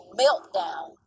meltdown